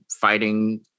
fighting